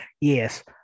yes